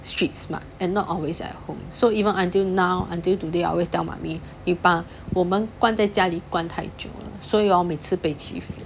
street smart and not always at home so even until now until today I always tell mummy 你把我们关在家里关太久了所以哦每次被欺负